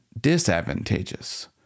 disadvantageous